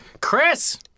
Chris